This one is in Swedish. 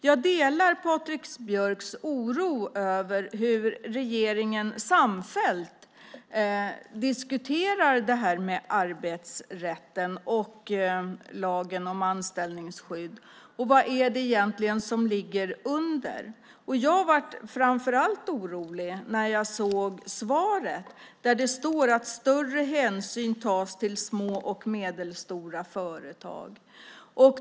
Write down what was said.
Jag delar Patrik Björcks oro över hur regeringen samfällt diskuterar det här med arbetsrätten och lagen om anställningsskydd och vad det egentligen är som ligger bakom det. Jag blev framför allt orolig när jag såg svaret, där det står att större hänsyn tas till små och medelstora företag.